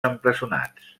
empresonats